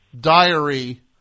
Diary